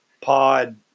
Pod